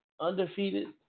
undefeated